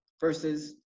versus